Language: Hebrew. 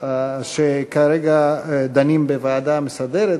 שכרגע דנים בוועדה המסדרת,